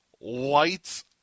lights